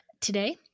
Today